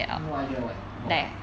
no idea of what about what